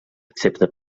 excepte